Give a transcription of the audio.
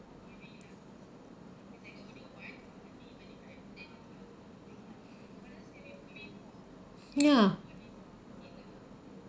ya